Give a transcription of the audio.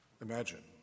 Imagine